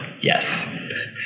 Yes